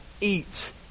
eat